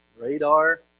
radar